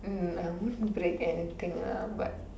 hmm I won't break anything lah but